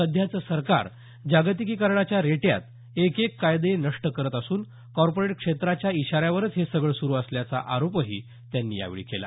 सध्याचं सरकार जागतिकीकरणाच्या रेट्यात एकेक कायदे नष्ट करत असून कॉर्पोरेट क्षेत्राच्या इशाऱ्यावरच हे सगळे सुरू असल्याचा आरोपही त्यांची यावेळी केला